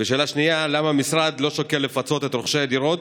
2. למה המשרד לא שוקל לפצות את רוכשי הדירות,